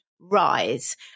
rise